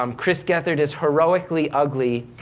um chris gethard is heroically ugly,